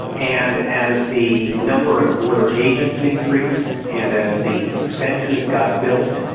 and as the number of border agents increased and as the fences got built,